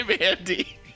Andy